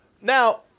Now